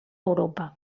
europa